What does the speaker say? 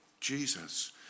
Jesus